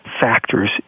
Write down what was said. factors